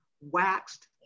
waxed